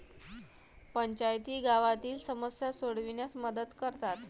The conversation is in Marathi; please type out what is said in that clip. पंचायती गावातील समस्या सोडविण्यास मदत करतात